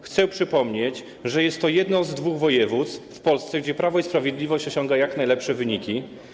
Chcę przypomnieć, że jest to jedno z dwóch województw w Polsce, gdzie Prawo i Sprawiedliwość osiąga jak najlepsze wyniki.